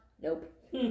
Nope